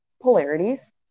polarities